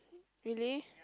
really